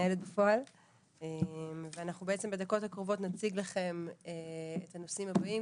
מנהלת בפועל ואנחנו בעצם בדקות הקרובות נציג לכם את הנושאים הבאים,